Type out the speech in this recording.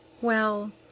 Well